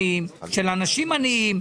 יש מקרים הומניים של אנשים עניים,